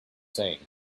saying